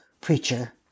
Preacher